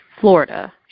Florida